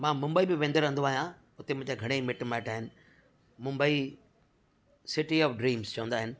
मां मुंबई बि वेंदो रहंदो आहियां हुते मुंहिंजा घणेई मिट माइट आहिनि मुंबई सिटी ऑफ ड्रीम्स चवंदा आहिनि